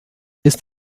ist